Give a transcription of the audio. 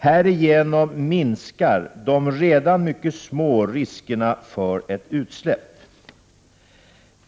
Härigenom minskar de redan mycket små riskerna för ett utsläpp.